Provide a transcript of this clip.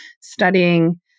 studying